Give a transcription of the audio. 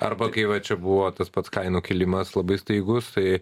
arba kai va čia buvo tas pats kainų kilimas labai staigus tai